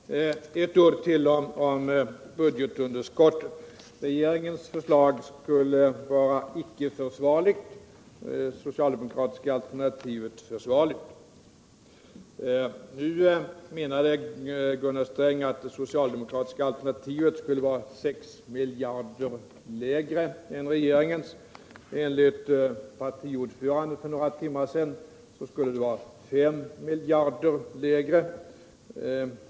Herr talman! Ett ord till om budgetunderskottet. Det har sagts att regeringens förslag skulle vara icke försvarligt men det socialdemokratiska alternativet försvarligt. Nu menade Gunnar Sträng att det socialdemokratiska alternativet skulle vara 6 miljarder kronor lägre än regeringens. Enligt den socialdemokratiska partiordföranden för några timmar sedan skulle alternativet vara 5 miljarder kronor lägre.